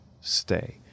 Stay